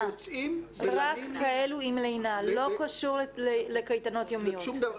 לא קשור לקייטנות יומיות.